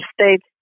states